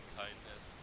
kindness